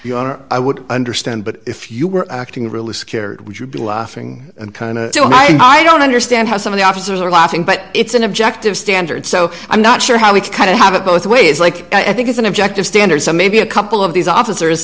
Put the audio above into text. you are i would understand but if you were acting really scared would you be laughing and kind of i don't understand how some of the officers are laughing but it's an objective standard so i'm not sure how we can kind of have it both ways like i think is an objective standard so maybe a couple of these officers